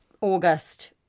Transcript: August